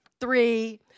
Three